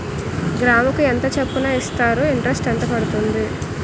గ్రాముకి ఎంత చప్పున ఇస్తారు? ఇంటరెస్ట్ ఎంత పడుతుంది?